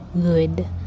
good